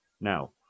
Now